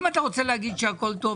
אם אתה רוצה להגיד שהכל טוב,